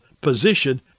position